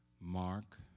Mark